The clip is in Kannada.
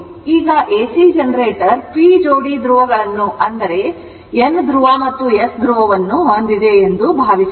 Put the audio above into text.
ಈಗ ಎಸಿ ಜನರೇಟರ್ p ಜೋಡಿ ಧ್ರುವಗಳನ್ನು ಅಂದರೆ N ಧ್ರುವ ಮತ್ತು S ಧ್ರುವವನ್ನು ಹೊಂದಿದೆ ಎಂದು ಭಾವಿಸೋಣ